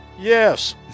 Yes